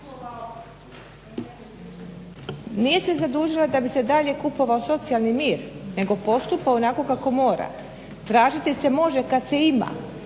nije se zadužio da bi se dalje kupovao socijalni mir nego postupa onako kako mora. Tražiti se može kad se ima,